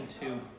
two